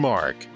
Mark